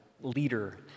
leader